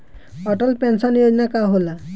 Atal pension Yojana का होला?